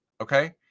okay